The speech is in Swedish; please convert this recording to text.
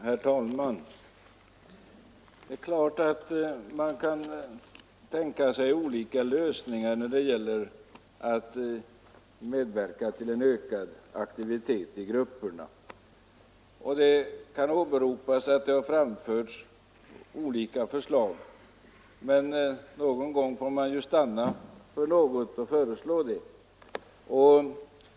Herr talman! Det är klart att man kan tänka sig olika lösningar när det gäller att medverka till en ökad aktivitet i grupperna, och det kan åberopas att olika förslag har framförts. Men någon gång får man ju stanna för något och föreslå det.